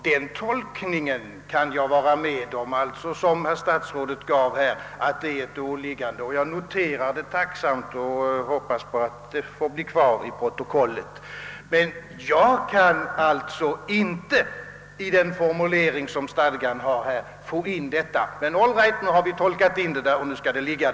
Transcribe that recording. Herr talman! Statsrådets uppfattning, att skolstadgan innebär ett åliggande att anordna gemensamma samlingar, noterar jag med tacksamhet och jag hoppas, att den får bli kvar i protokollet. För min del kan jag inte tolka in något sådant i den formulering som stadgan har, men nu har vi fått denna tolkning, och nu skall den gälla.